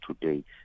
today